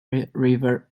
river